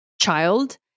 child